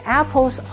apples